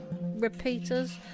repeaters